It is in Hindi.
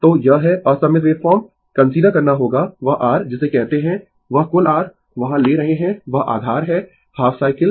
तो यह है असममित वेव फॉर्म कंसीडर करना होगा वह r जिसे कहते है वह कुल r वहाँ ले रहे है वह आधार है हाफ साइकिल